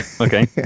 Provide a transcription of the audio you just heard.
Okay